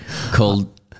Called